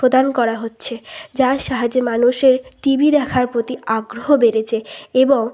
প্রদান করা হচ্ছে যার সাহায্যে মানুষের টিভি দেখার প্রতি আগ্রহ বেড়েছে এবং